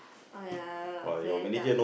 !aiya! fed up